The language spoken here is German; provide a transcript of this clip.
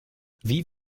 wie